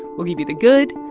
we'll give you the good,